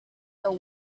the